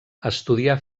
estudià